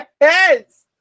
Yes